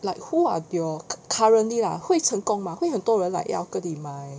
like who are your cu~ currently lah 会成功嘛会很多人要跟你买